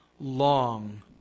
long